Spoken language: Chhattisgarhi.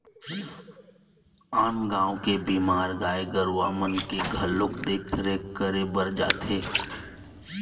आन गाँव के बीमार गाय गरुवा मन के घलोक देख रेख करे बर जाथे